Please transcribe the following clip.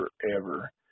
forever